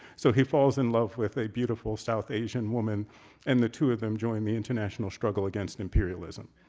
so he falls in love with a beautiful south asian woman and the two of them join the international struggle against imperialism.